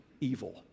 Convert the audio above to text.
evil